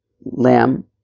lamb